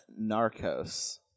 Narcos